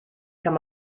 kann